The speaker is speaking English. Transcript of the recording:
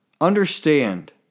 understand